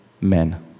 men